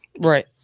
Right